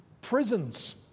prisons